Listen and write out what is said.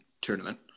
tournament